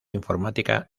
informática